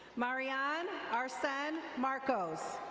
marian marsan marcos.